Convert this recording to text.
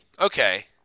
Okay